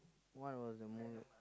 what was the movie